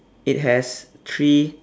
it has three